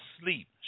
sleep